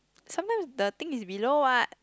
sometimes the things is below what